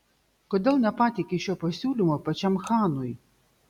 kodėl nepateikei šio pasiūlymo pačiam chanui